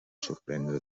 sorprendre